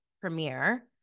premiere